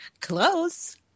close